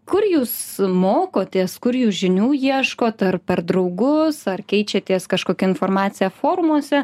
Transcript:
kur jūs mokotės kur jūs žinių ieškot ar per draugus ar keičiatės kažkokia informacija forumuose